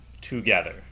together